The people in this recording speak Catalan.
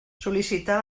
sol·licitar